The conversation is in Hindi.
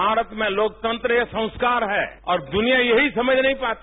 भारत में लोकतंत्र ये संस्कार है और दुनिया यही समझ नहीं पाती